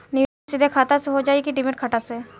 निवेश सीधे खाता से होजाई कि डिमेट खाता से?